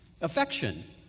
affection